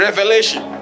Revelation